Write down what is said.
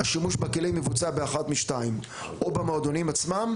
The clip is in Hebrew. השימוש בכלים מבוצע באחת משתיים: או במועדונים עצמם,